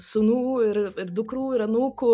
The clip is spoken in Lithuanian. sūnų ir ir dukrų ir anūkų